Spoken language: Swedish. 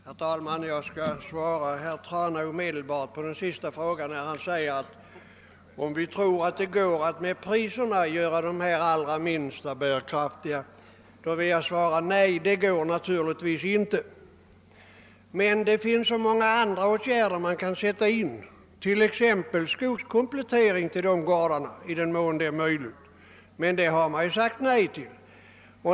Herr talman! Jag skall omedelbart svara herr Trana på hans fråga, om vi tror att det går att med hjälp av priserna göra dessa mindre jordbruk bärkraftiga. Det tror vi naturligtvis inte. Men det finns många andra åtgärder som kan vidtas, t.ex. skogskomplettering till de gårdar för vilka detta är möjligt. Men den åtgärden har man sagt nej till.